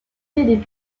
des